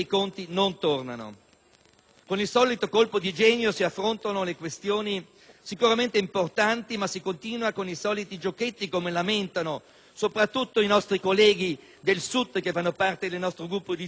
Con il solito colpo di genio, si affrontano questioni sicuramente importanti ma si continua con i soliti "giochetti" (come lamentano soprattutto i nostri colleghi del Sud appartenenti al nostro Gruppo UDC, SVP e Autonomie)